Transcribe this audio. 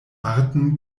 arten